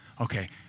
Okay